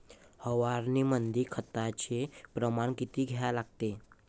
फवारनीमंदी खताचं प्रमान किती घ्या लागते?